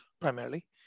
primarily